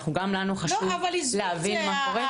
גם לנו חשוב להבין מה קורה.